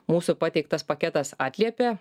mūsų pateiktas paketas atliepia